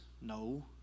No